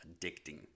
addicting